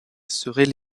seraient